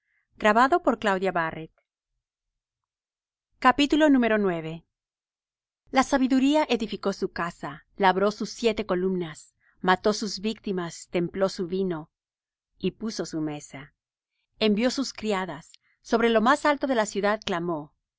me aborrecen aman la muerte la sabiduría edificó su casa labró sus siete columnas mató sus víctimas templó su vino y puso su mesa envió sus criadas sobre lo más alto de la ciudad clamó